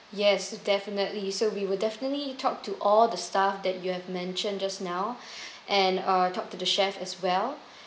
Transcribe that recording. yes definitely so we will definitely talk to all the staff that you have mentioned just now and uh talk to the chef as well